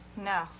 No